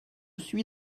suis